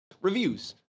Reviews